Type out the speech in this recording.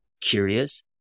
curious